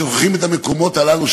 שוכחים את המקומות הללו,